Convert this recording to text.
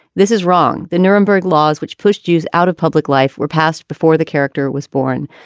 this is wrong. the nuremberg laws, which pushed jews out of public life, were passed before the character was born.